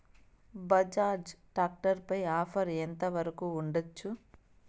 Bajaj tractor పై offer ఎంత వరకు ఉండచ్చు?